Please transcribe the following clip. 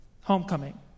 Homecoming